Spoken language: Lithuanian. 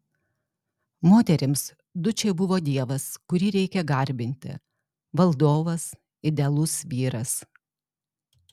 moterims dučė buvo dievas kurį reikia garbinti valdovas idealus vyras